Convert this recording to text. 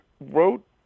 Wrote